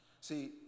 See